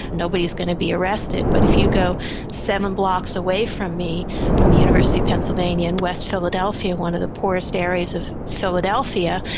nobody is going to be arrested. but if you go seven blocks away from me from the university of pennsylvania, in west philadelphia, one of the poorest areas of philadelphia,